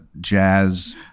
jazz